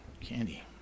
candy